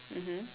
mmhmm